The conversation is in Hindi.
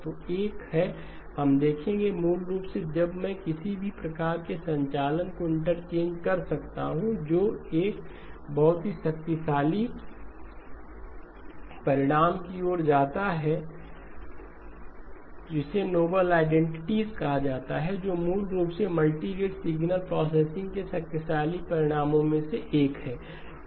तो एक है हम देखेंगे मूल रूप से जब मैं किसी भी प्रकार के संचालन को इंटरचेंज कर सकता हूं जो एक बहुत ही शक्तिशाली परिणाम की ओर जाता है जिसे नोबेल आईडेंटिटीज कहा जाता है जो मूल रूप से मल्टीरेट सिग्नल प्रोसेसिंग के शक्तिशाली परिणामों में से एक है